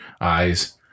eyes